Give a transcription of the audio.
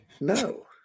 No